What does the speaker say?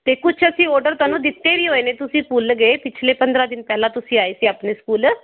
ਅਤੇ ਕੁਛ ਅਸੀਂ ਆਰਡਰ ਤੁਹਾਨੂੰ ਦਿੱਤੇ ਵੀ ਹੋਏ ਨੇ ਤੁਸੀਂ ਭੁੱਲ ਗਏ ਪਿਛਲੇ ਪੰਦਰ੍ਹਾਂ ਦਿਨ ਪਹਿਲਾਂ ਤੁਸੀਂ ਆਏ ਸੀ ਆਪਣੇ ਸਕੂਲ